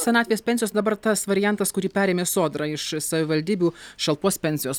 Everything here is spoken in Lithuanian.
senatvės pensijos dabar tas variantas kurį perėmė sodra iš savivaldybių šalpos pensijos